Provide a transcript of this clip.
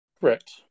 Correct